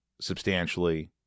substantially